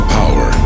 power